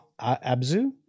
Abzu